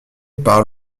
par